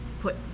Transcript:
put